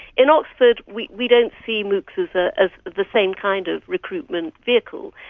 in oxford we we don't see moocs as ah as the same kind of recruitment vehicle.